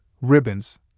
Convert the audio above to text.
ribbons